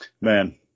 man